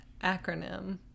acronym